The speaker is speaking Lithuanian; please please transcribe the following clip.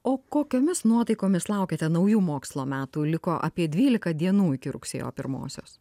o kokiomis nuotaikomis laukiate naujų mokslo metų liko apie dvylika dienų iki rugsėjo pirmosios